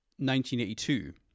1982